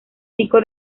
pico